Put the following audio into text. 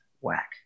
whack